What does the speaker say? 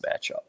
matchup